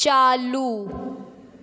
चालू